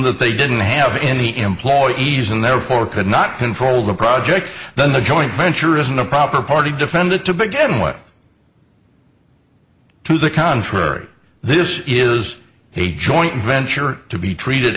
that they didn't have any employees and therefore could not control the project the joint venture isn't a proper party defendant to begin with to the contrary this is a joint venture to be treated